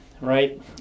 right